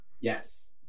yes